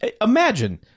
imagine